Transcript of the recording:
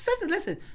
Listen